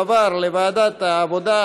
לוועדת העבודה,